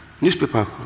Newspaper